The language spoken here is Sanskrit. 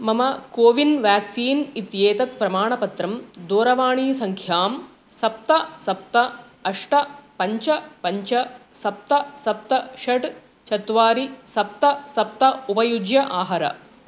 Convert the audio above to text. मम कोविन् व्याक्सीन् इत्येतत् प्रमाणपत्रं दूरवाणीसङ्ख्यां सप्त सप्त अष्ट पञ्च पञ्च सप्त सप्त षट् चत्वारि सप्त सप्त उपयुज्य आहर